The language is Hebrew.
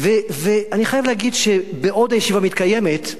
ואני חייב להגיד שבעוד הישיבה מתקיימת,